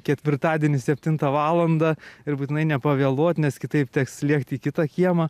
ketvirtadienį septintą valandą ir būtinai nepavėluot nes kitaip teks lėkt į kitą kiemą